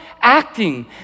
acting